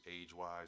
age-wise